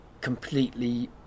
completely